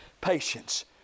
Patience